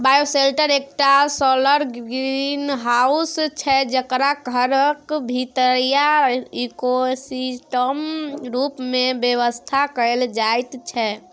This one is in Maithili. बायोसेल्टर एकटा सौलर ग्रीनहाउस छै जकरा घरक भीतरीया इकोसिस्टम रुप मे बेबस्था कएल जाइत छै